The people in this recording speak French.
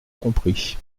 compris